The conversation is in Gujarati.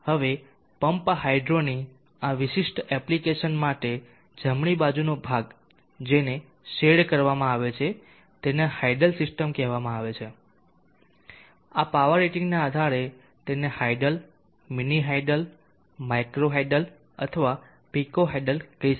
હવે પમ્પ હાઈડ્રોની આ વિશિષ્ટ એપ્લિકેશન માટે જમણી બાજુનો ભાગ જેને શેડ કરવામાં આવે છે તેને હાઇડલ સિસ્ટમ કહેવામાં આવે છે અને પાવર રેટિંગના આધારે તેને hydel mini hydel micro hydel અથવા પીકો હાઇડલ કહી શકાય